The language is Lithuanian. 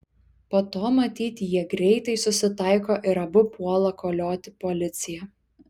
po to matyt jie greitai susitaiko ir abu puola kolioti policiją